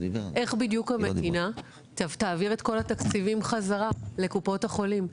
איך המדינה תעביר את כל התקציבים חזרה לקופות החולים?